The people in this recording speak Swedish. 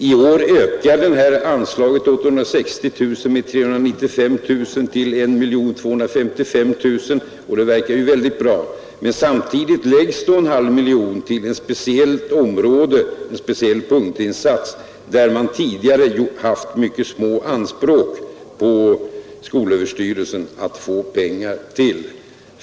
I år ökar detta anslag på 860 000 kronor med 395 000 kronor till 1255 000 kronor, vilket verkar väldigt bra. Men samtidigt läggs 0,5 miljoner kronor på en speciell punktinsats, där man tidigare haft mycket små anspråk på skolöverstyrelsen att få pengar.